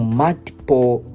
multiple